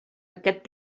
aquest